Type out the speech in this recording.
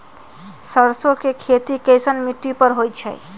सरसों के खेती कैसन मिट्टी पर होई छाई?